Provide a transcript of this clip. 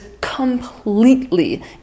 completely